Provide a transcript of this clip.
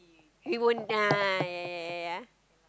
we won't ah yea yea yea yea yea